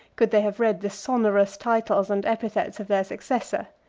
could they have read the sonorous titles and epithets of their successor,